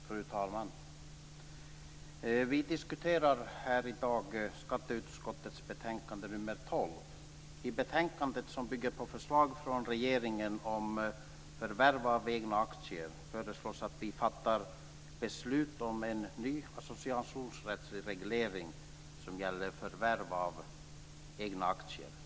Fru talman! Vi diskuterar här i dag skatteutskottets betänkande nr 12. I betänkandet, som bygger på förslag från regeringen om förvärv av egna aktier, föreslås att vi fattar beslut om en ny associationsrättsreglering som gäller förvärv av egna aktier.